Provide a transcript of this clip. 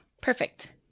Perfect